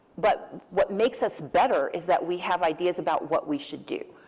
but what makes us better is that we have ideas about what we should do.